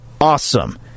awesome